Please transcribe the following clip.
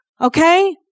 okay